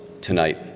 tonight